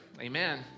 Amen